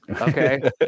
Okay